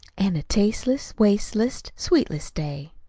an' a tasteless, wasteless, sweetless day.